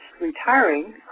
retiring